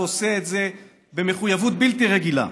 ועושה את זה במחויבות בלתי רגילה.